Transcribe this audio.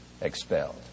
expelled